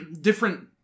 different